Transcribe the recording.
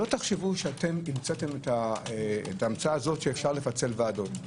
שלא תחשבו שאתם המצאתם את ההמצאה הזאת של פיצול ועדות.